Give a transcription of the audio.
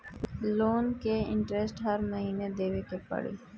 Loan के interest हर महीना देवे के पड़ी?